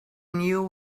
knew